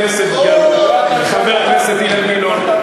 חבר הכנסת אילן גילאון,